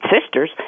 sisters